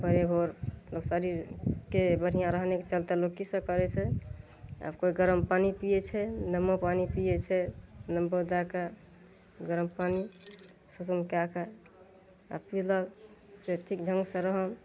भोरे भोर तब शरीरके बढ़िआँ रहनेके चलिते लोक कि सब करै छै कोइ गरम पानि पिए छै नेबो पानि पिए छै नेबो दैके गरम पानि सुसुम कै के आओर पिलक से ठीक ढङ्गसे रहल